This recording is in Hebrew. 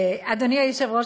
אדוני היושב-ראש,